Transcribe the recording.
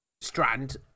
Strand